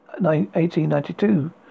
1892